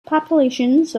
populations